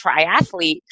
triathlete